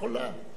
עם כל הרעיונות,